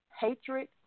hatred